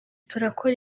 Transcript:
turakora